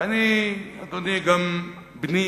ואני, אדוני, גם בני